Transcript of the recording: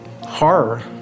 horror